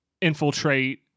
infiltrate